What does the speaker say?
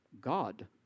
God